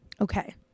okay